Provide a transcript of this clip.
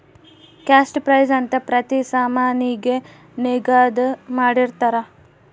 cost price ಅಂತ ಪ್ರತಿ ಸಾಮಾನಿಗೆ ನಿಗದಿ ಮಾಡಿರ್ತರ